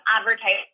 advertising